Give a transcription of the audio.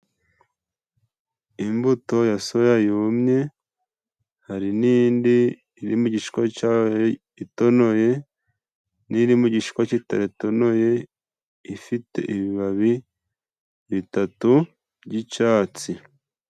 Imbuto ya soya yumye, hari n'indi iri mu igishishwa cayo itonoye, n'iri mu igishishwa kitatonoye, ifite ibibabi bitatu by'icyatsi.